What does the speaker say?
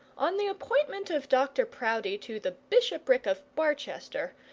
on the appointment of dr proudie to the bishopric of barchester,